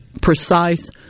precise